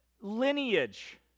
lineage